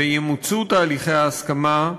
וימוצו תהליכי ההסכמה,